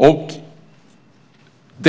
Jag tror att